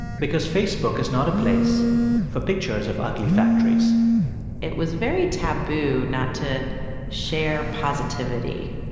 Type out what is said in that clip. because facebook is not a place for pictures of ugly factories it was very taboo not to share positivity.